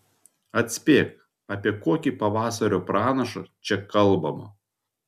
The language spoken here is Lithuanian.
atspėk apie kokį pavasario pranašą čia kalbama